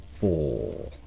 four